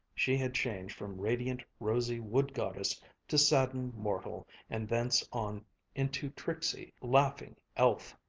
she had changed from radiant, rosy wood-goddess to saddened mortal and thence on into tricksy, laughing elf.